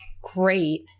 great